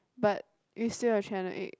but you still have channel eight